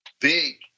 big